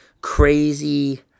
crazy